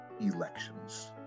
elections